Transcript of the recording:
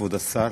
כבוד השר,